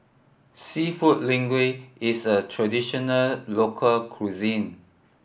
Seafood Linguine is a traditional local cuisine